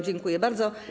Dziękuję bardzo.